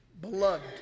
beloved